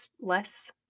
less